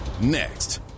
next